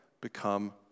become